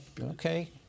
okay